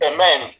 Amen